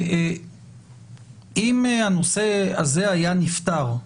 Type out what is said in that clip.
אם הנושא הזה היה נפתר,